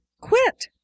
quit